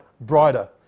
brighter